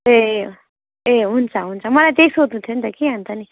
ए अँ ए हुन्छ हुन्छ मलाई त्यही सोध्नु थियो नि त कि अन्त नि